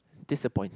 disappointing